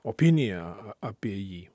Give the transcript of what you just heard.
opiniją apie jį